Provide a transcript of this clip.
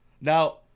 Now